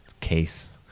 case